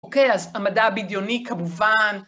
אוקיי, אז המדע הבדיוני כמובן